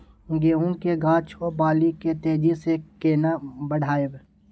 गेहूं के गाछ ओ बाली के तेजी से केना बढ़ाइब?